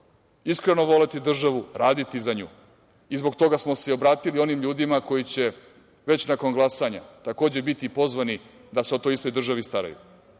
iskreno voleti državu, raditi za nju i zbog toga smo se obratili onim ljudima koji će već nakon glasanja biti pozvani da se o toj istoj državi staraju.